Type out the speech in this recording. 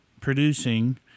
producing